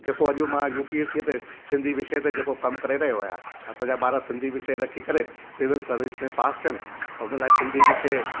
जेको अॼु मां यू पी एस सी ते सिंधी विषय ते जेको कमु करे रहियो आहियां असांजा ॿार सिंधी विषय रखी करे सिविल सर्विस में पास थियनि त हुन लाइ सिंधी विषय